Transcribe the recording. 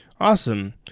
Awesome